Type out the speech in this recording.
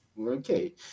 Okay